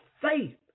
faith